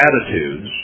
attitudes